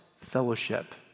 fellowship